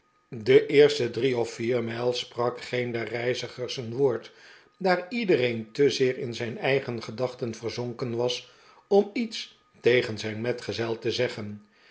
de eerste drie of vier mijl sprak geen der reizigers een woord daar ieder te zeer in zijn eigen gedachten verzonken was om iets tegen zijn metgezel te zeggen